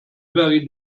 very